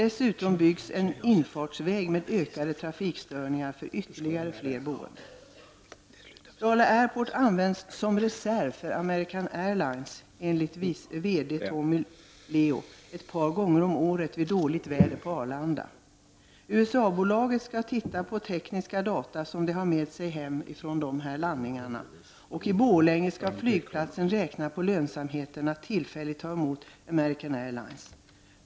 Dessutom byggs en infartsväg som innebär ökade trafikstörningar för de boende. Enligt Dala Airports VD Tommy Leo används Dala Airport som reservflygplats för American Airlines ett par gånger om året när det är dåligt väder på Arlanda. USA-bolaget skall titta på de tekniska data som det har med sig hem från dessa landningar. Och flygplatsen i Borlänge skall undersöka lönsamheten av att tillfälligt ta emot flygplan från American Airlines.